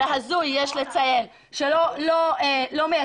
והזוי יש לציין, שלא מייצג.